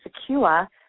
secure